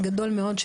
הארץ.